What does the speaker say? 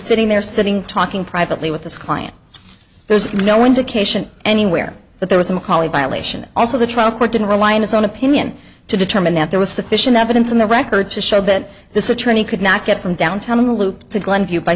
sitting there sitting talking privately with this client there's no indication anywhere that there was a colleague violation also the trial court didn't rely in its own opinion to determine that there was sufficient evidence in the record to show that this attorney could not get from downtown in the loop to glenview by